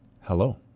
Hello